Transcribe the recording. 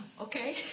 okay